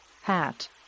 hat